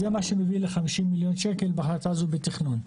זה מה שמביא ל-50 מיליון שקל בהחלטה הזאת בתכנון.